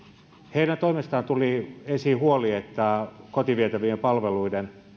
heidän toimestaan tuli esiin huoli että kotiin vietävien palveluiden